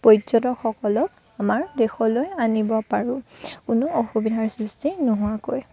পৰ্য্যটকসকলক আমাৰ দেশলৈ আনিব পাৰোঁ কোনো অসুবিধাৰ সৃষ্টি নোহোৱাকৈ